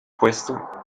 puesto